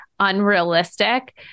Unrealistic